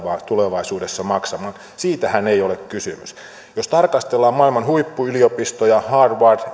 tulevaisuudessa maksamaan siitähän ei ole kysymys jos tarkastellaan maailman huippuyliopistoja harvard